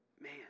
Man